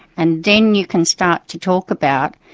and then you can start to talk about,